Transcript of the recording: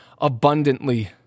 abundantly